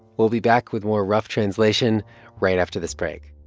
we'll be back with more rough translation right after this break